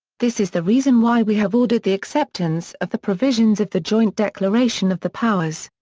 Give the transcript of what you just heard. this is the reason why we have ordered the acceptance of the provisions of the joint declaration of the powers.